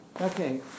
Okay